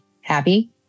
happy